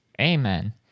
Amen